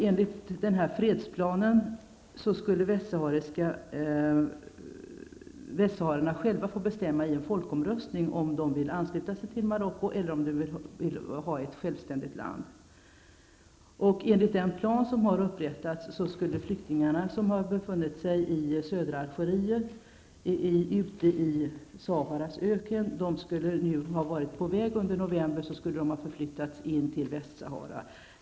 Enligt fredsplanen skulle västsaharierna själva i en folkomröstning få bestämma om de vill ansluta sig till Marocko eller om de vill ha ett självständigt land. Flyktingarna, som har befunnit sig i södra Algeriet, ute i Saharas öken, skulle enligt planen nu ha varit på väg; under november skulle de ha förflyttats in till Västsahara.